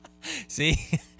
See